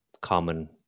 common